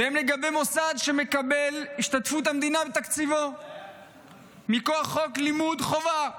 והן לגבי מוסד שמקבל השתתפות המדינה בתקציבו מכוח חוק לימוד חובה,